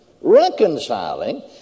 Reconciling